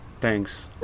Thanks